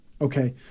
okay